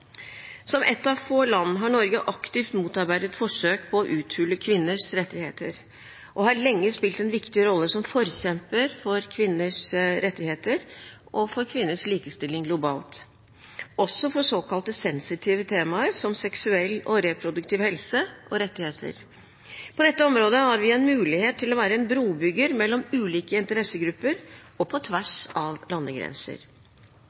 Som ett av få land har Norge aktivt motarbeidet forsøk på å uthule kvinners rettigheter og har lenge spilt en viktig rolle som forkjemper for kvinners rettigheter og for kvinners likestilling globalt – også for såkalt sensitive temaer som seksuell og reproduktiv helse og rettigheter. På dette området har vi en mulighet til å være en brobygger mellom ulike interessegrupper og på tvers av landegrenser.